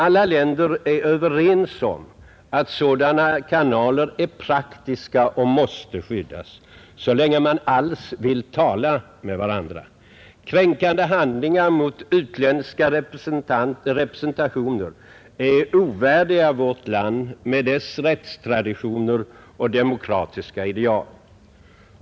Alla länder är överens om att sådana kanaler är praktiska och måste skyddas, så länge man alls vill tala med varandra, Kränkande handlingar mot utländska representationer är ovärdiga vårt land med dess rättstraditioner och demokratiska ideal.